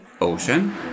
ocean